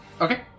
Okay